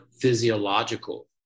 physiological